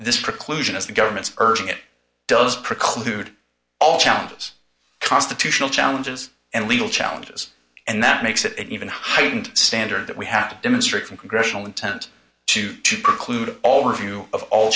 this preclusion is the government's urging it does preclude all challenges constitutional challenges and legal challenges and that makes it even heightened standard that we have to demonstrate from congressional intent to to preclude all review of all